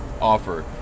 offer